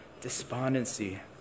despondency